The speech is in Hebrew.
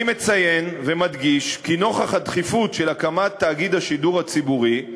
אני מציין ומדגיש כי נוכח הדחיפות של הקמת תאגיד השידור הציבורי,